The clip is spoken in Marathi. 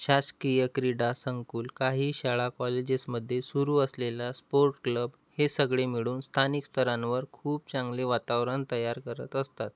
शासकीय क्रीडा संकुल काही शाळा कॉलेजेसमध्ये सुरू असलेला स्पोर्ट क्लब हे सगळे मिळुन स्थानिक स्तरांवर खूप चांगले वातावरण तयार करत असतात